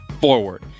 forward